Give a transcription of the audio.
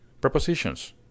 Prepositions